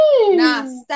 Nah